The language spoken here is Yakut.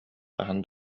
хаһан